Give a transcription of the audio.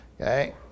Okay